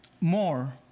more